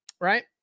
right